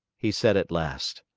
he said at last.